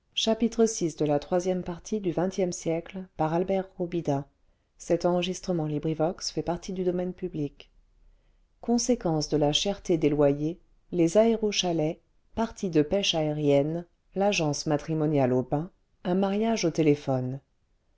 conséquences de la cherté des loyers les aérochalets parties de pêche table des matières pages aériennes l'agence matrimoniale au bain un mariage au téléphone